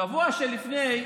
בשבוע שלפני,